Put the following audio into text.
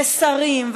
ושרים,